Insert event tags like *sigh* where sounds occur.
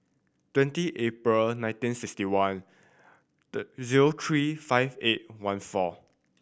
twenty April nineteen sixty one *unintelligible* zero three five eight one four